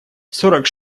сорок